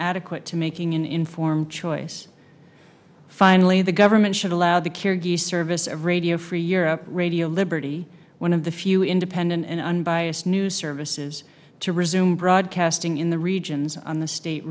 adequate to making an informed choice finally the government should allow the kirghiz service of radio free europe radio liberty one of the few independent and unbiased news services to resume broadcasting in the regions on the state